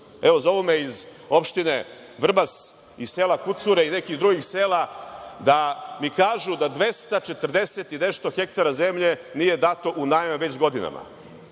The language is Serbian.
Zovu me iz opštine Vrbas, iz sela Kucure i nekih drugih sela, da mi kažu da 240 i nešto hektara zemlje nije dato u najam već godinama,